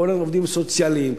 כל העובדים הסוציאליים,